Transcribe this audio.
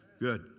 Good